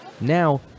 now